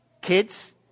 Kids